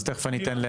אז תכף אני אתן.